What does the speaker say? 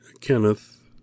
Kenneth